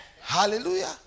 Hallelujah